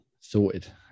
sorted